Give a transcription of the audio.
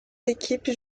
équipes